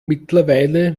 mittlerweile